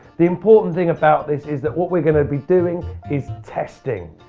the important thing about this is that what we are gonna be doing is testing.